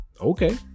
okay